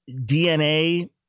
DNA